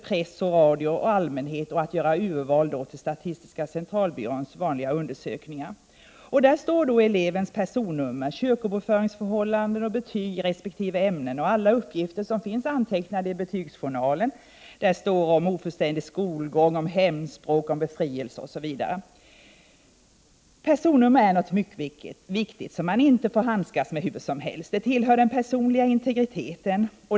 z z é OM s 3 oe Om avidentifiering av lämna uppgifter till press, radio och allmänhet samt för urval till statistiska > E centralbyråns vanliga undersökningar. I registret står elevens personnummer, kyrkobokföringsförhållanden, betyg i resp. ämnen och alla uppgifter som finns antecknade i betygsjournalen. I registret finns vidare uppgifter om ofullständig skolgång, hemspråk, befrielse osv. Personnummer är något mycket viktigt som man inte får handskas med hur som helst. Det tillhör den personliga integriteten.